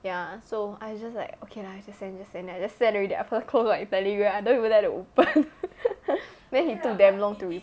ya so I just like okay lah just send just send then just send already lah afterwards close my Telegram I don't even dare to open then he took damn long to reply